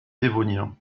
dévonien